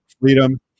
Freedom